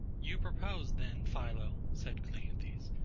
you propose then, philo, said cleanthes,